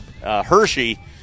Hershey